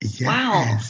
Wow